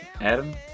Adam